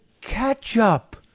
ketchup